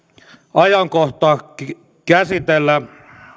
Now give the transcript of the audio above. ajankohta käsitellä